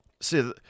See